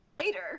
later